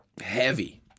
heavy